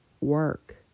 work